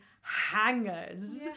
hangers